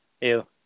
Ew